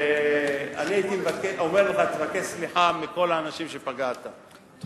ואני הייתי אומר לך: תבקש סליחה מכל האנשים שפגעת בהם.